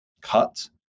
cut